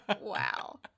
Wow